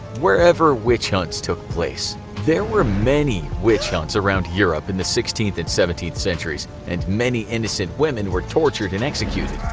wherever witch hunts took place there were many witch hunts around europe in the sixteenth and seventeenth centuries, and many innocent women were tortured and executed.